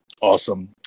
Awesome